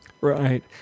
Right